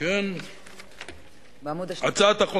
בהצעת החוק